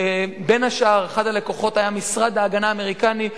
בין השאר אחד הלקוחות היה משרד ההגנה האמריקני,